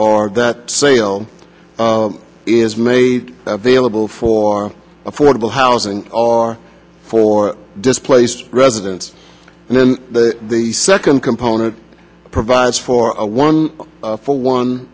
or that sale is made available for affordable housing or for displaced residents and then the second component provides for a one for one